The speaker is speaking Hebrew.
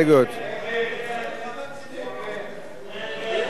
ההסתייגות הראשונה של חבר הכנסת דב